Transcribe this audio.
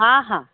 ହଁ ହଁ